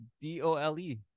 D-O-L-E